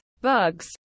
bugs